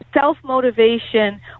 self-motivation